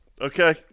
Okay